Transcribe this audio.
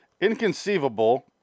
Inconceivable